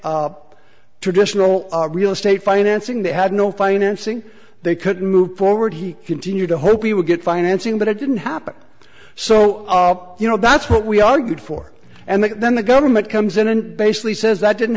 up traditional real estate financing they had no financing they could move forward he continued to hope we would get financing but it didn't happen so you know that's what we argued for and then the government comes in and basically says that didn't